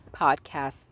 podcasts